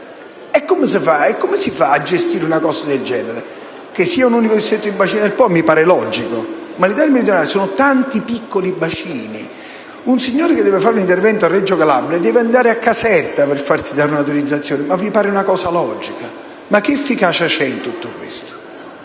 Ma come si fa a gestire una cosa del genere? Che sia un unico distretto il bacino del Po mi pare logico, ma nell'Italia meridionale ci sono tanti piccoli bacini. Un signore che deve fare un intervento a Reggio Calabria deve andare a Caserta per farsi rilasciare un'autorizzazione: ma vi pare una cosa logica? Che efficacia c'è in tutto questo?